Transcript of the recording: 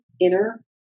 inner